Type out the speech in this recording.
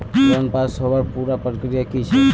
Loan pass होबार पुरा प्रक्रिया की छे?